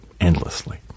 endlessly